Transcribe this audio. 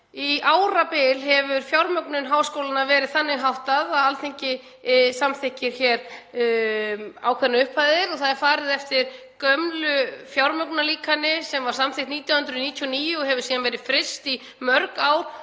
Í árabil hefur fjármögnun háskólanna verið þannig háttað að Alþingi samþykkir hér ákveðnar upphæðir þar sem farið er eftir gömlu fjármögnunarlíkani sem var samþykkt 1999 og hefur síðan verið fryst í mörg ár.